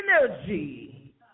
energy